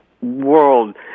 world